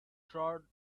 trod